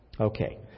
Okay